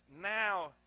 now